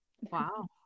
Wow